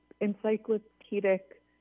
encyclopedic